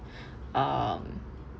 um